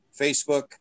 Facebook